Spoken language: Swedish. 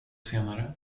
senare